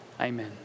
amen